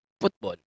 football